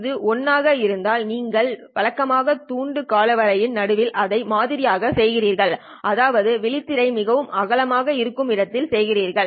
இது 1 ஆக இருந்தால் நீங்கள் வழக்கமாக துண்டு காலவரையின் நடுவில் அதை மாதிரி ஆக செய்கிறீர்கள் அதாவது விழித்திரை மிகவும் அகலமாக இருக்கும் இடத்தில் செய்கிறீர்கள்